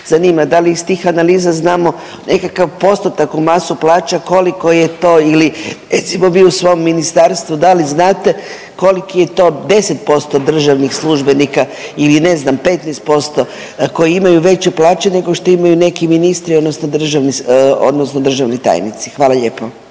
zanima da li iz analiza znamo nekakav postotak u masu plaća koliko je to ili recimo vi u svom ministarstvu da li znate koliki je to 10% državnih službenika ili ne znam 15% koji imaju veće plaće nego što imaju neki ministri odnosno državni, odnosno državni tajnici. Hvala lijepo.